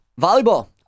volleyball